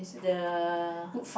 the